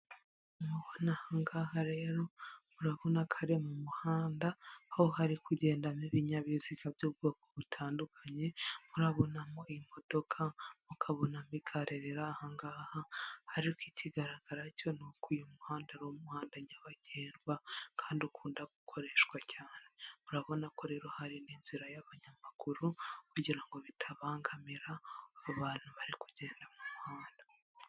Nkuko mubibona ahangaha rero murabona ko ari mu muhanda, aho hari kugendamo ibinyabiziga by'ubwoko butandukanye, murabonamo iyi modoka, mukabonamo igare riri ahangaha, ariko ikigaragara cyo ni uko uyu muhanda ari umuhanda nyabagendwa, kandi ukunda gukoreshwa cyane, urabona ko rero hari n'inzira y'abanyamaguru, kugira ngo bitabangamira abantu bari kugenda mu muhanda.